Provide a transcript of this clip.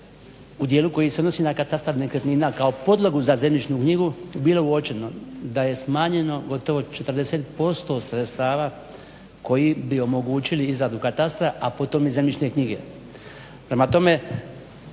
u dijelu koji se odnosi na katastar nekretnina kao podlogu za zemljišnu knjigu bilo uočene da je smanjeno gotovo 40% sredstava koji bi omogućili izradu katastra, a potom i zemljišne knjige.